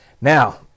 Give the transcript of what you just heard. Now